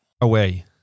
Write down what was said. Away